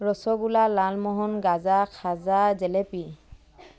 rasgulla lalmohan gaja khaja jalebi